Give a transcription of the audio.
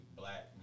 black